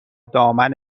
دامن